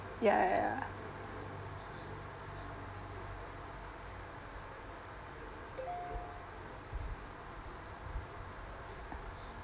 ya ya ya